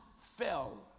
fell